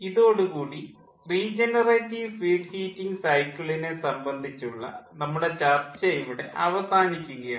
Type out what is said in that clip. ഇതോടു കൂടി regenerative feed heating സൈക്കിളിനെ സംബന്ധിച്ചുള്ള നമ്മുടെ ചർച്ച ഇവിടെ അവസാനിക്കുകയാണ്